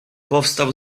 powstał